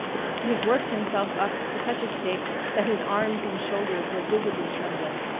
he had worked himself up to such a state that his arms and shoulders were visibly trembling.